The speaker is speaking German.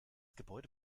gebäude